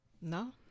No